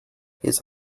his